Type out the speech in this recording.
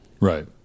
Right